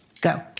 Go